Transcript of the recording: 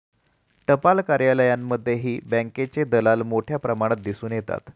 टपाल कार्यालयांमध्येही बँकेचे दलाल मोठ्या प्रमाणात दिसून येतात